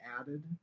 added